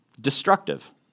destructive